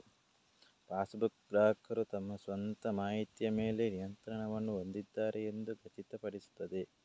passbook, ಗ್ರಾಹಕರು ತಮ್ಮ ಸ್ವಂತ ಮಾಹಿತಿಯ ಮೇಲೆ ನಿಯಂತ್ರಣವನ್ನು ಹೊಂದಿದ್ದಾರೆ ಎಂದು ಖಚಿತಪಡಿಸುತ್ತದೆ